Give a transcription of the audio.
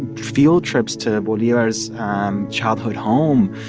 field trips to bolivar's um childhood home,